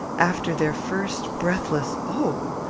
after their first breathless oh!